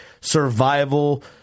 survival